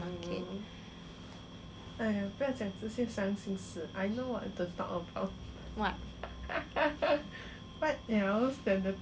what